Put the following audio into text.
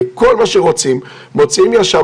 לכל מה שרוצים מוציאים ישר,